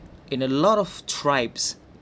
in a lot of tribes